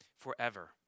forever